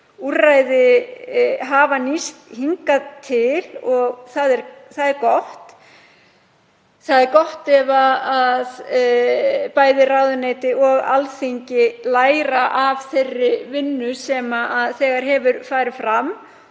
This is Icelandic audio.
úrræði hafa nýst hingað til. Það er gott. Það er gott ef bæði ráðuneyti og Alþingi læra af þeirri vinnu sem þegar hefur farið fram